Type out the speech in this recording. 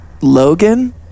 Logan